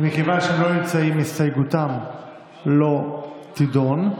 מכיוון שהם לא נמצאים, הסתייגותם לא תידון.